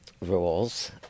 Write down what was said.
rules